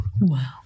Wow